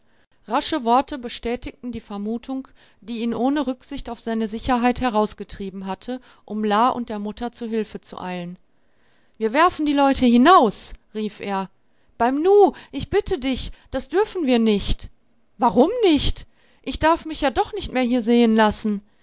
rasche worte bestätigten die vermutung die ihn ohne rücksicht auf seine sicherheit herausgetrieben hatte um la und der mutter zu hilfe zu eilen wir werfen die leute hinaus rief er beim nu ich bitte dich das dürfen wir nicht warum nicht ich darf mich ja doch nicht mehr hier sehen lassen